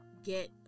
get